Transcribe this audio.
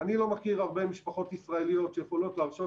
אני לא מכיר הרבה משפחות ישראליות שיכולות להרשות